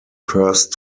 first